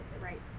Right